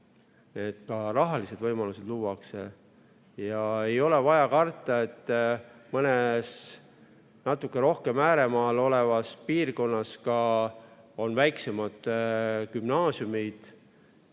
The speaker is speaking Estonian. ka rahalised võimalused luuakse, et ei oleks vaja enam karta. Mõnes natuke rohkem ääremaal olevas piirkonnas on ka väiksemad gümnaasiumid.